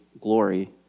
glory